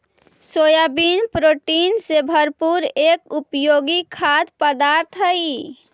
soybean protein से भरपूर एक उपयोगी खाद्य पदार्थ हई